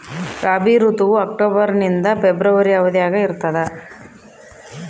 ರಾಬಿ ಋತುವು ಅಕ್ಟೋಬರ್ ನಿಂದ ಫೆಬ್ರವರಿ ಅವಧಿಯಾಗ ಇರ್ತದ